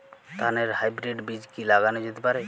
ধানের হাইব্রীড বীজ কি লাগানো যেতে পারে?